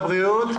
הבריאות,